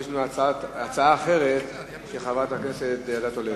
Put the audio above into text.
אז יש לנו הצעה אחרת של חברת הכנסת אדטו.